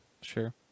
sure